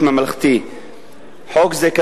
כצל'ה,